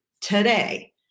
today